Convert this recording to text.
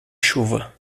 chuva